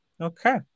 Okay